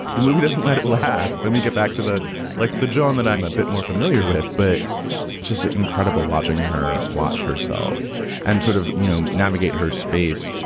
the movie doesn't let it last. then we get back to the like the joan that i'm a bit more familiar with, but just incredible watching her watch herself and sort of, you know, navigate her space.